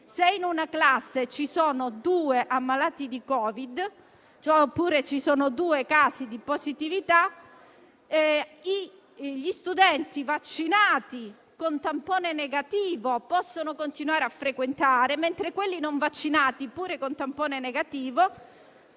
se in una classe ci sono due ammalati di Covid oppure due casi di positività, gli studenti vaccinati con tampone negativo possono continuare a frequentare, mentre quelli non vaccinati, seppure con tampone negativo, devono essere